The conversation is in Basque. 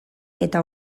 eta